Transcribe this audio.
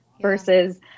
versus